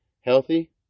healthy